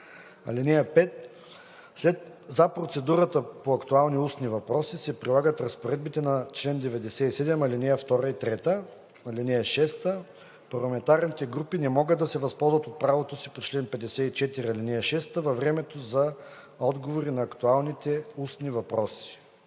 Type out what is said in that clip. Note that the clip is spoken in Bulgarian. (5) За процедурата по актуалните устни въпроси се прилагат разпоредбите на чл. 97, ал. 2 и 3. (6) Парламентарните групи не могат да се възползват от правото си по чл. 54, ал. 6 във времето за отговори на актуалните устни въпроси.“